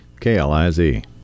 kliz